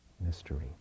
mystery